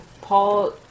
Paul